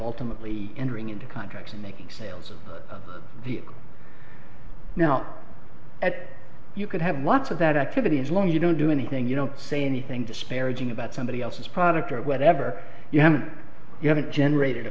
ultimately entering into contracts and making sales now that you could have lots of that activity as long as you don't do anything you don't say anything disparaging about somebody else's product or whatever you haven't you haven't generated a